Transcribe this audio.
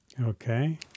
Okay